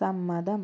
സമ്മതം